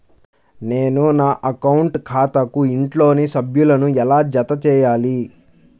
నేను నా అకౌంట్ ఖాతాకు ఇంట్లోని సభ్యులను ఎలా జతచేయాలి?